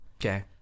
Okay